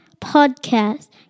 podcast